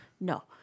No